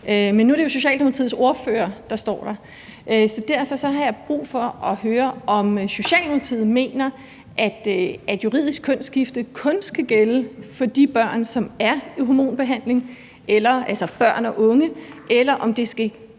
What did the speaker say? Men nu er det jo Socialdemokratiets ordfører, der står på talerstolen, så derfor har jeg brug for at høre, om Socialdemokratiet mener, at juridisk kønsskifte kun skal gælde for de børn og unge, som er i hormonbehandling, eller om det også skal